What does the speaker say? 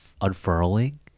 unfurling